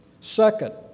Second